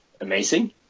amazing